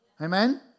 Amen